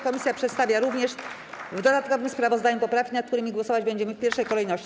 Komisja przedstawia również w dodatkowym sprawozdaniu poprawki, nad którymi głosować będziemy w pierwszej kolejności.